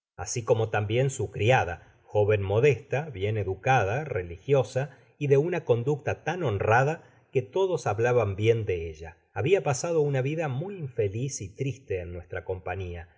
asi como tambien su criada joven modesta bien educada religiosa y de una conducta tan honrada que todos hablaban bien de ella habia pasado una vida muy infeliz y triste en nuestra compañía